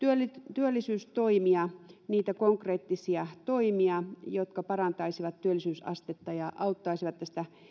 työllisyystoimia niitä konkreettisia toimia jotka parantaisivat työllisyysastetta ja auttaisivat tästä